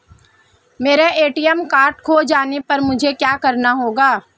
मेरा ATM card खो जाने पर मुझे क्या करना होगा?